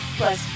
plus